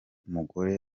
mugore